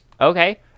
okay